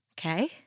Okay